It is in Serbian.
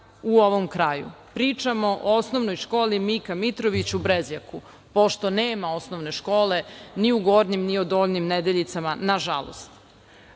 u ovom kraju. Pričamo o OŠ „Mika Mitrović“ u Brezjaku, pošto nema osnovne škole ni u Gornjim ni u Donjim Nedeljicama, nažalost.